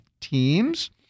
Teams